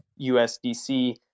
USDC